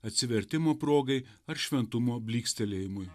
atsivertimo progai ar šventumo blykstelėjimui